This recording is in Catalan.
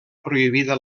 prohibida